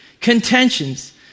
contentions